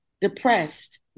depressed